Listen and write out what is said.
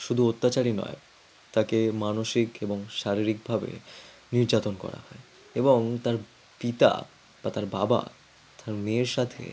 শুধু অত্যাচারই নয় তাকে মানসিক এবং শারীরিকভাবে নির্যাতন করা হয় এবং তার পিতা বা তার বাবা তার মেয়ের সাথে